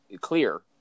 clear